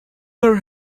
her